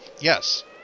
Yes